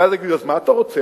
ואז יגידו: אז מה אתה רוצה?